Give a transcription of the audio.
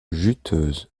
juteuse